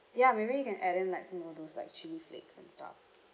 ya maybe you can add in like some of those like chili flakes and stuff